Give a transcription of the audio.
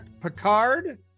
Picard